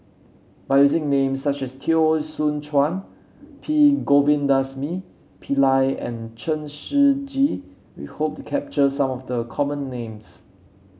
by using names such as Teo Soon Chuan P Govindasamy Pillai and Chen Shiji we hope to capture some of the common names